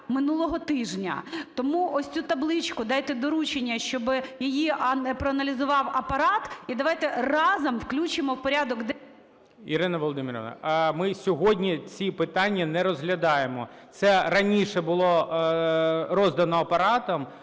минулого тижня. Тому ось цю табличку дайте доручення, щоби її проаналізував Апарат, і давайте разом включимо в порядок денний... ГОЛОВУЮЧИЙ. Ірина Володимирівна, а ми сьогодні ці питання не розглядаємо. Це раніше було роздано Апаратом,